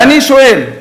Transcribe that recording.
ואני שואל: